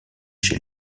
chez